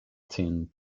tin